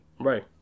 Right